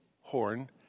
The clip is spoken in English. horn